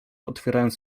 otwierając